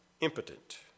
impotent